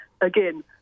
again